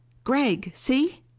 gregg, see!